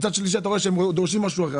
מצד שלישי אתה רואה שהם דורשים משהו אחר,